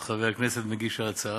כבוד חבר הכנסת מגיש ההצעה,